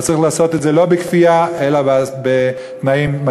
צריך לעשות את זה לא בכפייה אלא בתנאים מתאימים.